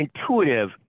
Intuitive